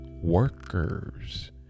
workers